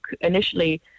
initially